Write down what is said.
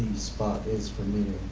spot is for me?